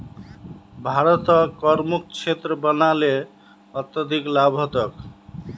भारतक करमुक्त क्षेत्र बना ल अत्यधिक लाभ ह तोक